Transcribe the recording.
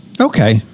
Okay